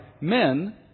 men